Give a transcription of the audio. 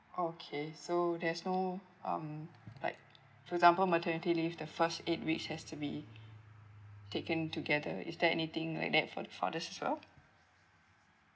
okay so there's no um like for example maternity leave the first eight weeks has to be taken together is there anything like that for the fathers as well